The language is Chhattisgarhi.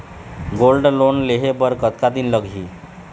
गोल्ड लोन लेहे बर कतका दिन लगही?